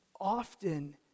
often